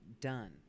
done